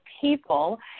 people